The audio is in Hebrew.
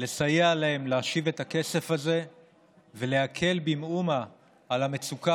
לסייע להם להשיב את הכסף הזה ולהקל במעט על המצוקה